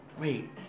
Wait